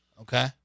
Okay